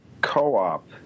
co-op